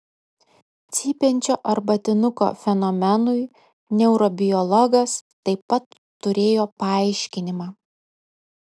cypiančio arbatinuko fenomenui neurobiologas taip pat turėjo paaiškinimą